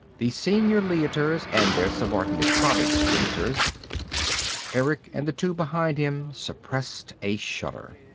the senior leiters and their subordinate province leiters erick and the two behind him suppressed a shudder.